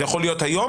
זה יכול להיות היום,